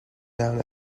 down